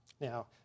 Now